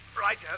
Right